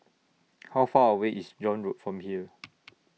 How Far away IS John Road from here